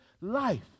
life